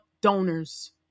donors